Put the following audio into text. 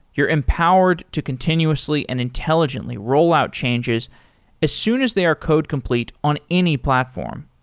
you're empowered to continuously and intelligently rollout changes as soon as they are code complete on any platform,